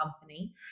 company